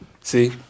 See